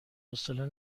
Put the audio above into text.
حوصله